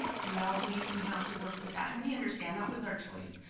you know we we have to work with that. and we understand, that was our choice.